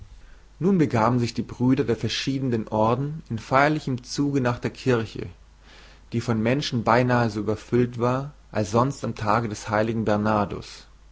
nun begaben sich die brüder der verschiedenen orden in feierlichem zuge nach der kirche die von menschen beinahe so überfüllt war als sonst am tage des heiligen